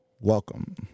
Welcome